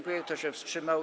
Kto się wstrzymał?